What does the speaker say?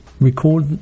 record